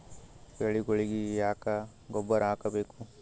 ಬೆಳಿಗೊಳಿಗಿ ಯಾಕ ಗೊಬ್ಬರ ಹಾಕಬೇಕು?